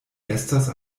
estas